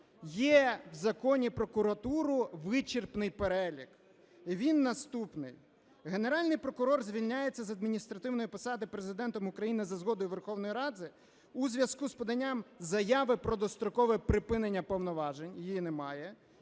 є в Законі "Про прокуратуру" вичерпний перелік і він наступний: Генеральний прокурор звільняться з адміністративної посади Президентом України за згодою Верховної Ради у зв'язку з поданням заяви про дострокове припинення повноважень. Її немає.